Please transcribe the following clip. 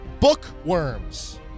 Bookworms